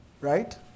right